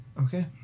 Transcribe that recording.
Okay